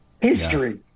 history